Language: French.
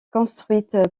construite